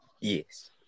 yes